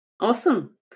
Awesome